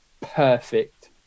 perfect